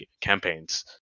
campaigns